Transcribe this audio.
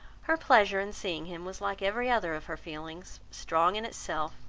her pleasure in seeing him was like every other of her feelings, strong in itself,